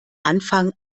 anfang